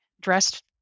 dressed